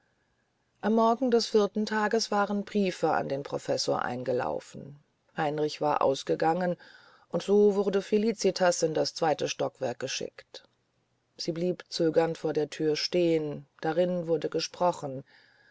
am morgen des vierten tages waren briefe an den professor eingelaufen heinrich war ausgegangen und so wurde felicitas in das zweite stockwerk geschickt sie blieb zögernd vor der thür stehen drin wurde gesprochen